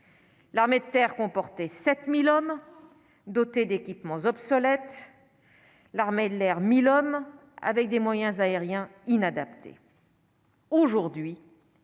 L'armée de terre comporter 7000 hommes dotées d'équipements obsolètes, l'armée de l'air 1000 hommes avec des moyens aériens inadaptée.